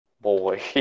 boy